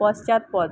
পশ্চাৎপদ